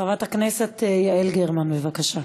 חברת הכנסת יעל גרמן, בבקשה,